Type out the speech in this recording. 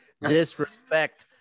disrespect